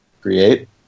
create